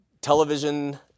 television